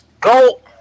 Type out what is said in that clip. Go